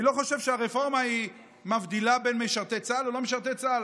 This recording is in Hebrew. אני לא חושב שהרפורמה מבדילה בין משרתי צה"ל ללא משרתי צה"ל.